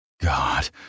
God